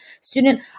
student